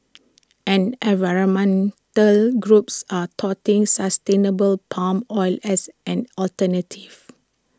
en environmental groups are touting sustainable palm oil as an alternative